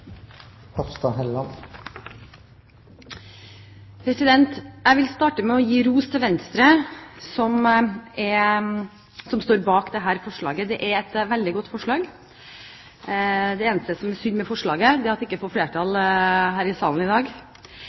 Hofstad Helleland, som får ordet på vegne av sakens ordfører, Lars Bjarne Tvete. Jeg vil starte med å gi ros til Venstre, som står bak dette forslaget. Det er et veldig godt forslag. Det eneste som er synd med forslaget, er at det ikke får flertall her i salen i dag.